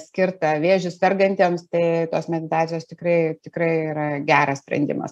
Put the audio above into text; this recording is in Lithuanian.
skirta vėžiu sergantiems tai tos meditacijos tikrai tikrai yra geras sprendimas